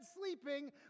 sleeping